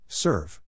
Serve